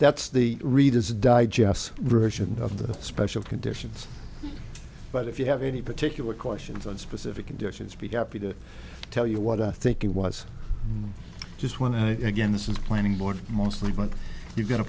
that's the reader's digest version of the special conditions but if you have any particular questions on specific conditions be happy to tell you what i think it was just when i again this is a planning board mostly but you've got a